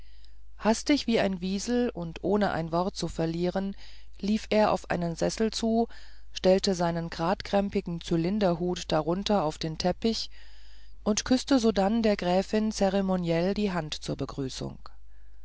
hastig wie ein wiesel und ohne ein wort zu verlieren lief er auf einen sessel zu stellte seinen gradkrempigen zylinderhut darunter auf den teppich und küßte sodann der gräfin zeremoniell die hand zur begrüßung